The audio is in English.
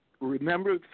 remember